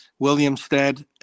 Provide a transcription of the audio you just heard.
Williamstead